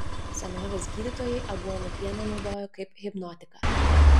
senovės gydytojai aguonų pieną naudojo kaip hipnotiką